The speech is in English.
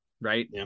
Right